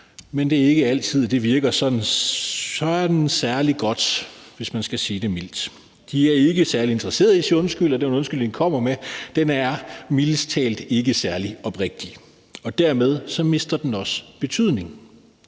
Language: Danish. men det er ikke altid, at det virker sådan særlig godt, hvis man skal sige det mildt. De er ikke særlig interesseret i at sige undskyld, og den undskyldning, de kommer med, er mildest talt ikke særlig oprigtig. Dermed mister den også betydning.